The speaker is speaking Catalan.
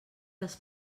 les